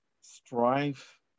strife